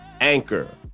Anchor